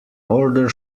order